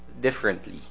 differently